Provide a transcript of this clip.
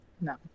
No